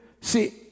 See